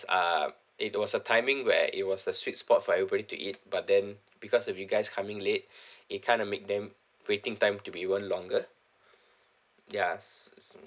uh it was a timing where it was a sweet spot for everybody to eat but then because with you guys coming late it kind of make them waiting time to be even longer ya